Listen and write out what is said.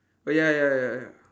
oh ya ya ya